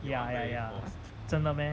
ya ya ya 真的 meh